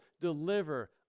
deliver